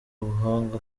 ubuhanga